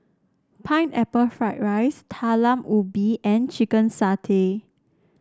Pineapple Fried Rice Talam Ubi and Chicken Satay